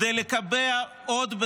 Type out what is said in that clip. כדי לקבע עוד,